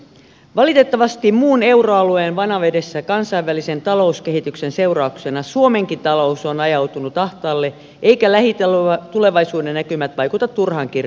valitettavasti muun euroalueen vanavedessä kansainvälisen talouskehityksen seurauksena suomenkin talous on ajautunut ahtaalle eivätkä lähitulevaisuuden näkymät vaikuta turhan kirkkailta